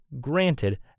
Granted